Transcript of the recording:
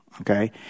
okay